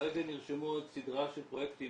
כרגע נרשמו סדרה של פרויקטים,